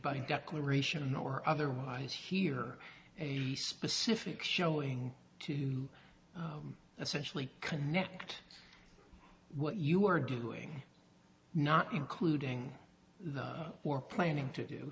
by declaration or otherwise here a specific showing to that sensually connect what you are doing not including the poor planning to do